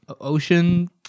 ocean